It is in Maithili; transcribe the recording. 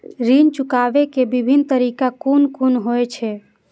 ऋण चुकाबे के विभिन्न तरीका कुन कुन होय छे?